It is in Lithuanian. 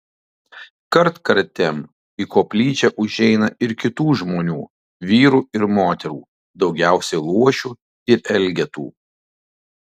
kartkartėm į koplyčią užeina ir kitų žmonių vyrų ir moterų daugiausiai luošių ir elgetų